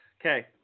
Okay